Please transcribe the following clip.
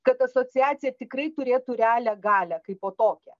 kad asociacija tikrai turėtų realią galią kaipo tokią